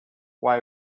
why